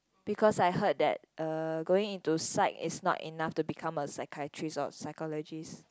because I heard that uh going into psych is not enough to become a psychiatrist or psychologist